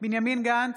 בנימין גנץ,